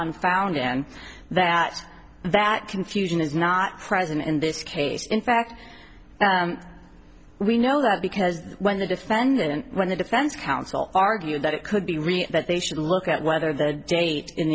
on found and that that confusion is not present in this case in fact we know that because when the defendant when the defense counsel argued that it could be real that they should look at whether the date in